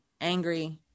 angry